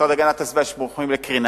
במשרד להגנת הסביבה יש מומחים לקרינה.